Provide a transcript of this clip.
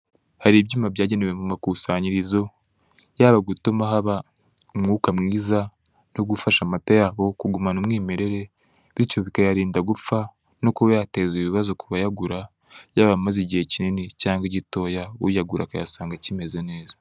Hari ibyuma byagenewe mu makusanyirizo, haba gutuma haba umwuka mwiza, no gufasha amata yaho kugumana umwimerere, bityo bikayarinda gupfa, ni kuba yateza ibibazo ku bayagura, yaba amaze igihe kinini cyangwa gitoya, uyagura agasanga akimeze neza.